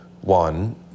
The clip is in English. One